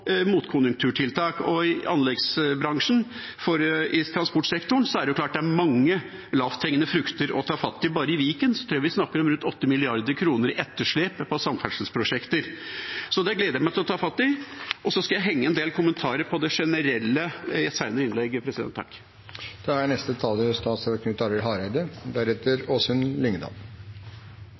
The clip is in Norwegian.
mange lavthengende frukter å ta fatt på. Bare i Viken tror jeg vi snakker om rundt 8 mrd. kr i etterslep på samferdselsprosjekter. Så det gleder jeg meg til å ta fatt på. Jeg skal knytte en del kommentarer til det generelle i et senere innlegg. Noreg har ein velfungerande anleggsmarknad, og norske entreprenørar er